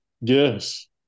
Yes